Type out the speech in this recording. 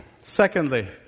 Secondly